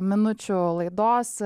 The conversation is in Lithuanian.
minučių laidos